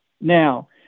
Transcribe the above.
Now